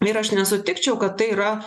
ir aš nesutikčiau kad tai yra